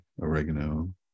oregano